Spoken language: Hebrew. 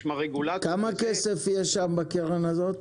כמה כסף יש שם בקרן הזאת?